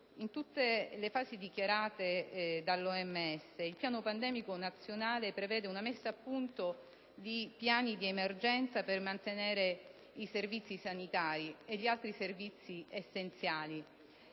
mondiale della sanità, il Piano pandemico nazionale prevede una messa a punto di piani di emergenza per mantenere i servizi sanitari e gli altri servizi essenziali.